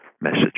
Message